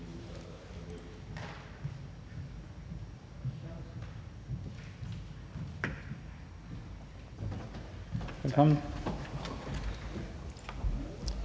Tak